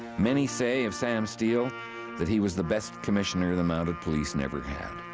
many say of sam steele that he was the best commissioner the mounted police never had.